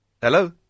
Hello